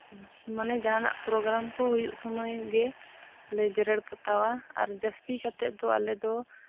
ᱢᱟᱱᱮ ᱡᱟᱦᱟᱱᱟᱜ ᱯᱨᱳᱜᱨᱟᱢ ᱠᱚ ᱦᱩᱭᱩᱜ ᱥᱚᱢᱚᱭ ᱜᱮᱞᱮ ᱡᱮᱨᱮᱲ ᱯᱚᱛᱟᱣᱟ ᱟᱨ ᱡᱟᱹᱥᱛᱤ ᱠᱟᱛᱮᱫ ᱫᱚ ᱟᱞᱮ ᱫᱚ